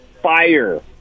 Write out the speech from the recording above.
fire